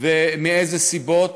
ומאיזה סיבות,